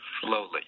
slowly